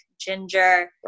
ginger